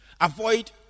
Avoid